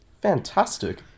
fantastic